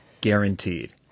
guaranteed